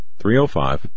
305